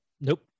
Nope